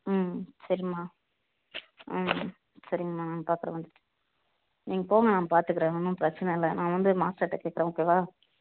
ம் சரிமா ம் சரிங்கமா நான் பார்க்குறன் வந்துவிட்டு நீங்கள் போங்க நான் பார்த்துக்குறேன் ஒன்றும் பிரச்சனைல்ல நான் வந்து மாஸ்டர்ட்ட கேட்குறன் ஓகே வா